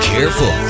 Careful